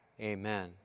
Amen